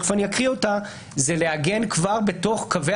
שתכף אני אקריא אותה היא לעגן כבר בתוך קווי